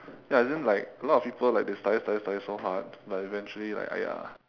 ya as in like a lot of people like they study study study so hard but eventually like !aiya!